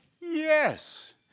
Yes